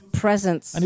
presence